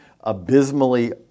Abysmally